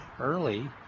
early